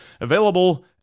available